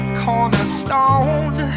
cornerstone